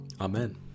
Amen